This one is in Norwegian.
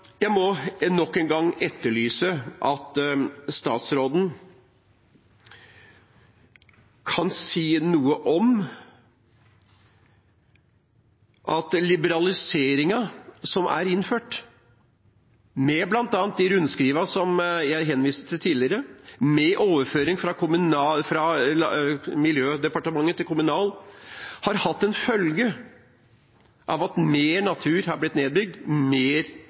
Jeg må nok en gang spørre om statsråden kan si noe om hvorvidt den liberaliseringen som er innført, bl.a. med de rundskrivene som jeg henviste til tidligere, med overføring fra Miljødepartementet til Kommunaldepartementet, har hatt som følge at mer natur og mer dyrket mark har blitt nedbygd.